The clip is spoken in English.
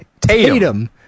Tatum